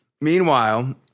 Meanwhile